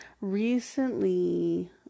recently